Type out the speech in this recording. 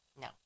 No